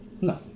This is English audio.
No